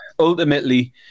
Ultimately